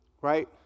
right